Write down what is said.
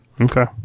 Okay